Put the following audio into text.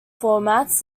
formats